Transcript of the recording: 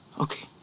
Okay